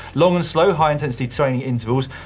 long and slow, high intensity training intervals,